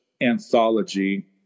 anthology